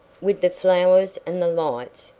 with the flowers and the lights,